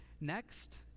next